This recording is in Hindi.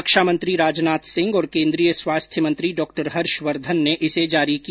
रक्षामंत्री राजनाथ सिंह और केन्द्रीय स्वास्थ्य मंत्री डॉ हर्षवर्द्वन ने इसे जारी किया